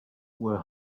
were